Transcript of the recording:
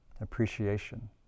appreciation